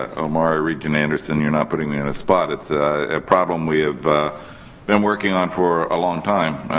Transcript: ah omari, regent anderson, you're not putting me on the spot. it's a problem we have been working on for a long time.